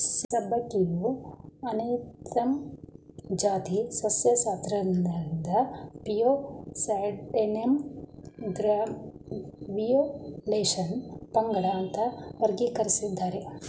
ಸಬ್ಬಸಿಗೆಯು ಅನೇಥಮ್ನ ಜಾತಿ ಸಸ್ಯಶಾಸ್ತ್ರಜ್ಞರಿಂದ ಪ್ಯೂಸೇಡ್ಯಾನಮ್ ಗ್ರ್ಯಾವಿಯೋಲೆನ್ಸ್ ಪಂಗಡ ಅಂತ ವರ್ಗೀಕರಿಸಿದ್ದಾರೆ